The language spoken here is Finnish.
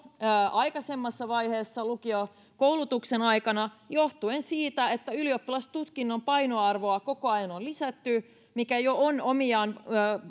aikaisemmassa vaiheessa lukiokoulutuksen aikana johtuen siitä että ylioppilastutkinnon painoarvoa koko ajan on lisätty mikä jo on omiaan